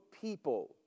people